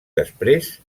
després